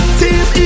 team